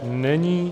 Není.